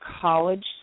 college